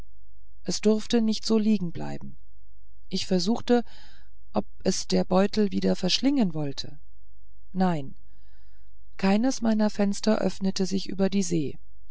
es durfte nicht so liegen bleiben ich versuchte ob es der beutel wieder verschlingen wollte nein keines meiner fenster öffnete sich über die see